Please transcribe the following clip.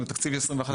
תקציב 21,